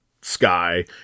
sky